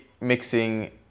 mixing